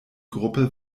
gruppe